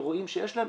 רואים שיש להם,